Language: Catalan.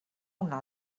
una